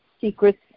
secrets